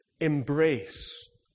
Embrace